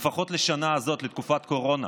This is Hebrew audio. לפחות בשנה הזאת, בתקופת הקורונה,